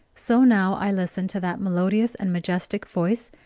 so now i listened to that melodious and majestic voice,